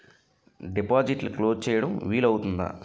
డిపాజిట్లు క్లోజ్ చేయడం వీలు అవుతుందా?